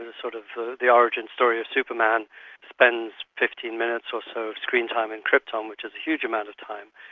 and sort of the the origin story of superman spends fifteen minutes or so of screen time in krypton, which is a huge amount of time.